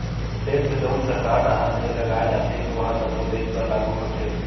tax जउन सरकार डाहर ले लगाय जाथे ओहा जम्मो देस बर लागू होथे